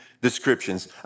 descriptions